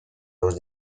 los